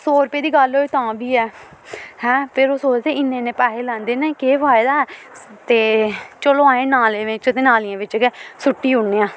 सौ रपेऽ दी गल्ल होए तां बी ऐ हैं फिर ओह् सोचदे इन्ने इन्ने पैहे लैंदे न केह् फायदा ते चलो अहें नालें बिच्च ते नालियें बिच्च गै सुट्टी ओड़ने आं